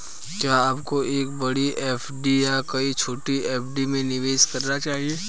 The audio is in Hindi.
क्या आपको एक बड़ी एफ.डी या कई छोटी एफ.डी में निवेश करना चाहिए?